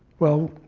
well,